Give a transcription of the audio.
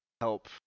help